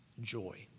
joy